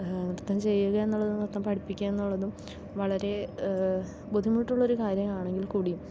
നൃത്തം ചെയ്യുക എന്നുള്ളതും നൃത്തം പഠിപ്പിക്കുക എന്നുള്ളതും വളരെ ബുദ്ധിമുട്ടുള്ള ഒരു കാര്യമാണെങ്കിൽക്കൂടിയും